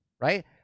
right